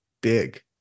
big